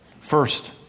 First